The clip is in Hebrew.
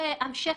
המילים